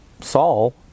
Saul